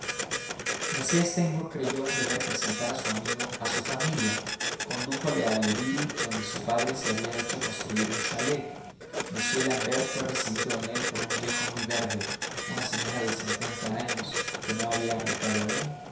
m steimbourg creyó un deber presentar a su amigo a su familia condújole a bieville donde su padre se había hecho construir un chalet m l'ambert fue recibido en él por un viejo muy verde una señora de cincuenta años que no había abdicado aún